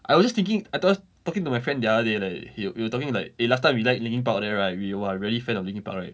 I was just thinking I tal~ talking to my friend the other day leh we we were talking like eh last time we liked linkin park all that right we !wah! really fan of linkin park right